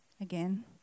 again